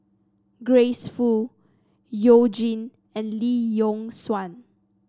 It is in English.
Grace Fu You Jin and Lee Yock Suan